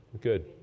good